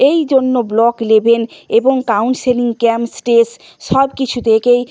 এই জন্য block level এবং কাউন্সেলিং ক্যাম্প স্কেচ সব কিছু থেকেই